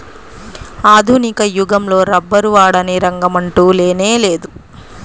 ఆధునిక యుగంలో రబ్బరు వాడని రంగమంటూ లేనేలేదు